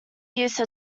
use